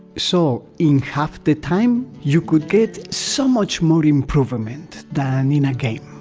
so in half the time you could get so much more improvement than in a game,